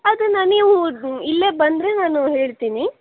ಅದನ್ನು ನೀವು ಇಲ್ಲೇ ಬಂದರೆ ನಾನು ಹೇಳ್ತೀನಿ